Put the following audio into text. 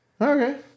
Okay